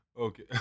Okay